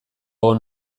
egon